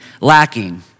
lacking